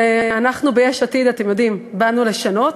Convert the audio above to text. ואנחנו ביש עתיד באנו לשנות,